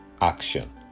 action